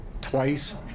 twice